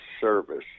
Service